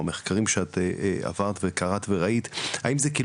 עם המחקרים שקראת וראית,